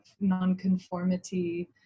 non-conformity